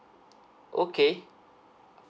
okay